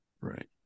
Right